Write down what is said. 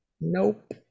Nope